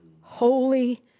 holy